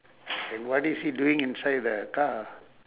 and what is he doing inside the car